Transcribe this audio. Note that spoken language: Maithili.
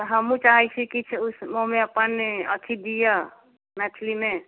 तऽ हमहूँ चाहैत छी किछु उसनोमे अपन अथी दिअ मैथलीमे